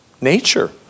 nature